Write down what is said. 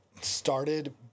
started